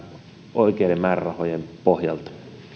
oikeiden määrärahojen pohjalta